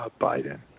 Biden